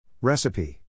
Recipe